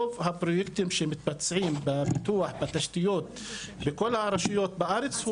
רוב הפרויקטים שמתבצעים בפיתוח ובתשתיות בכל הרשויות בארץ,